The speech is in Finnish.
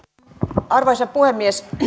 arvoisa puhemies